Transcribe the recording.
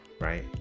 right